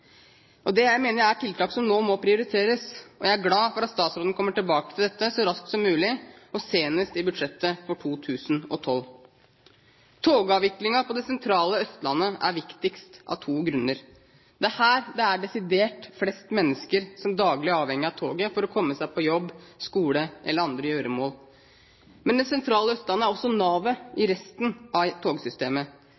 Jeg mener det er tiltak som nå må prioriteres, og jeg er glad for at statsråden kommer tilbake til dette så raskt som mulig, og senest i budsjettet for 2012. Togavviklingen på det sentrale Østlandet er viktigst av to grunner. Det er her det er desidert flest mennesker som daglig er avhengig av toget for å komme seg på jobb, skole eller til andre gjøremål. Men det sentrale Østlandet er også navet i